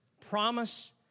Promise